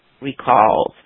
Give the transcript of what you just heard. recalls